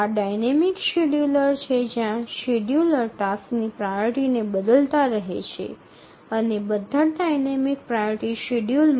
এগুলি গতিশীল শিডিয়ুলার যেখানে শিডিয়ুলার কার্যগুলির অগ্রাধিকার দেয় এবং সমস্ত গতিশীল অগ্রাধিকারের শিডিয়ুলারদের পরিবর্তন করে রাখে